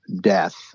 death